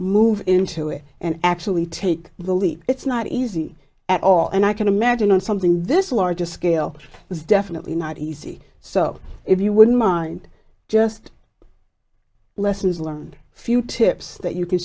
move into it and actually take the leap it's not easy at all and i can imagine something this large a scale is definitely not easy so if you wouldn't mind just lessons learned few tips that you can